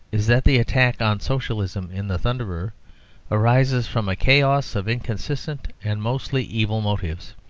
is that the attack on socialism in the thunderer arises from a chaos of inconsistent and mostly evil motives,